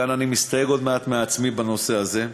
כאן אני מסתייג עוד מעט מעצמי בנושא הזה,